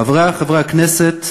חברי חברי הכנסת,